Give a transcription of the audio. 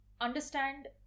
Understand